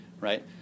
right